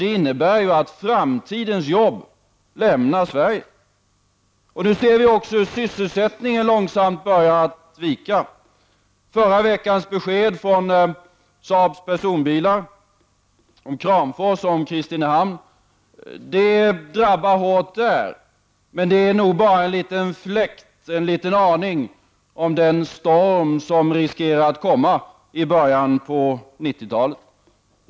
Detta innebär att framtidens jobb lämnar Sverige. Vi ser nu också hur sysselsättningen långsamt börjar att vika. Förra veckans besked från Saabs personbilar om Kramfors och Kristinehamn drabbar hårt där, men det är nog bara en liten fläkt, en liten aning om den storm som riskerar att komma i början på 90-talet.